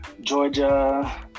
Georgia